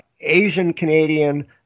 Asian-Canadian